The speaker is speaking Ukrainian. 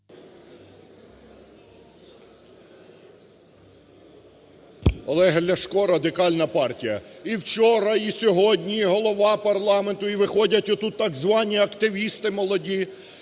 Олег Ляшко, Радикальна партія. І вчора, і сьогодні і Голова парламенту, і виходять отут так звані "активісти молоді",